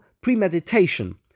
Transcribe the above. premeditation